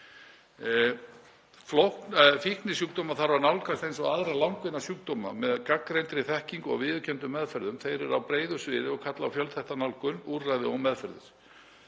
Fíknisjúkdóma þarf að nálgast eins og aðra langvinna sjúkdóma með gagnreyndri þekkingu og viðurkenndum meðferðum. Þeir eru á breiðu sviði og kalla á fjölþætta nálgun, úrræði og meðferðir.